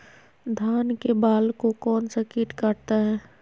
धान के बाल को कौन सा किट काटता है?